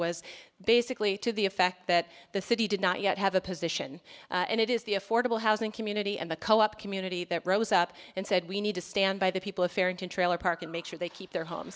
was basically to the effect that the city did not yet have a position and it is the affordable housing community and the co op community that rose up and said we need to stand by the people of farrington trailer park and make sure they keep their home